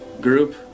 group